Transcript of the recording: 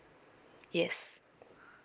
yes